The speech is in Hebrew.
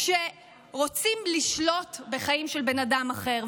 כשרוצים לשלוט בחיים של אדם אחר.